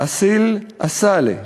אסיל עאסלה,